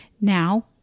now